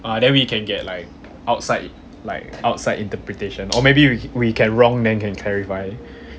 ah then we can get like outside like outside interpretation or maybe we we can wrong then can clarify